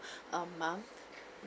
um mom